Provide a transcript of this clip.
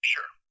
Sure